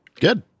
Good